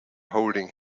holding